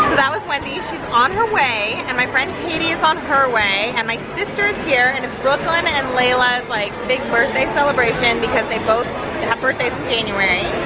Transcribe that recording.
that was wendy, she's on her way, and my friend katie is on her way, and my sister is here, and it's brooklyn and and layla's like big birthday celebration because they both have birthdays in january,